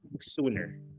sooner